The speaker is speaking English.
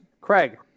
Craig